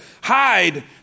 hide